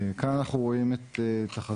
כאן אנחנו בעצם רואים את תחזית